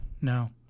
No